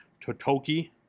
Totoki